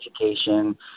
education